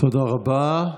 תודה רבה.